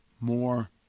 more